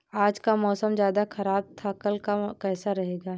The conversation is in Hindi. आज का मौसम ज्यादा ख़राब था कल का कैसा रहेगा?